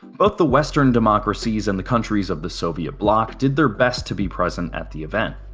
both the western democracies and the countries of the soviet bloc did their best to be present at the event.